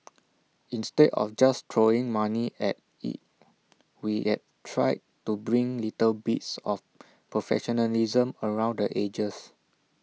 instead of just throwing money at IT we've tried to bring little bits of professionalism around the edges